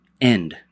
end